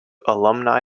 alumni